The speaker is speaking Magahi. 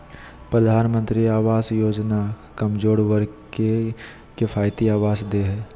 प्रधानमंत्री आवास योजना कमजोर वर्ग के किफायती आवास दे हइ